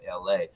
LA